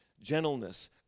gentleness